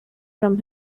from